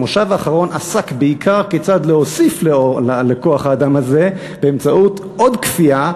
המושב האחרון עסק בעיקר כיצד להוסיף לכוח האדם הזה באמצעות עוד כפייה.